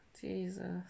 jesus